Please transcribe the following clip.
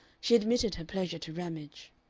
she admitted her pleasure to ramage.